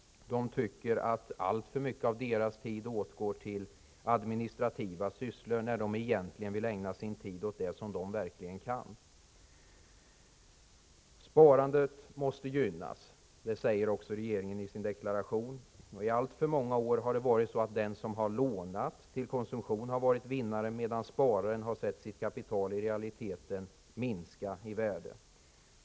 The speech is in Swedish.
De tycker att alltför mycket av deras tid åtgår till administrativa sysslor, när de egentligen vill ägna sin tid åt det som de verkligen kan. Sparandet måste gynnas. Det säger också regeringen i sin deklaration. I alltför många år har den som lånat till konsumtion varit vinnare, medan spararen sett sitt kapital i realiteten minska i värde.